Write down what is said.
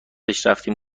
رفتیم